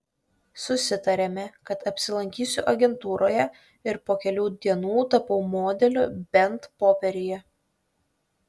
susitarėme kad apsilankysiu agentūroje ir po kelių dienų tapau modeliu bent popieriuje